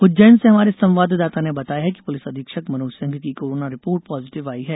उज्जैन से हमारे संवाददाता ने बताया है कि पुलिस अधीक्षक मनोज सिंह की कोरोना रिपोर्ट पॉजिटिव आई है